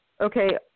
Okay